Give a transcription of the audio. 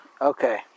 Okay